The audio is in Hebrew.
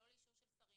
לא לאישור של שרים.